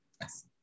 Yes